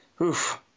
Oof